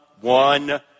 one